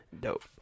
Dope